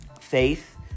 faith